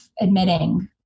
admitting